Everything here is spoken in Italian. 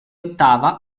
ottava